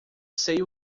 sei